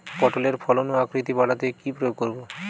পটলের ফলন ও আকৃতি বাড়াতে কি প্রয়োগ করব?